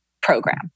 program